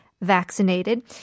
vaccinated